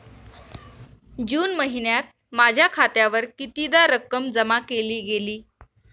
जून महिन्यात माझ्या खात्यावर कितीदा रक्कम जमा केली गेली?